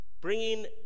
bringing